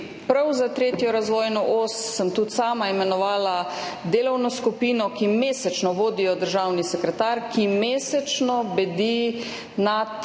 Prav za 3. razvojno os sem tudi sama imenovala delovno skupino, vodi jo državni sekretar, ki mesečno bdi nad